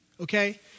okay